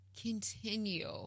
continue